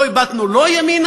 לא הבטנו לא ימינה,